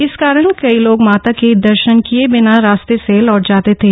इस कारण कई लोग माता के दर्शन किए बिना रास्ते से लौट जाते थे